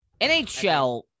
NHL